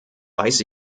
weiß